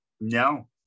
no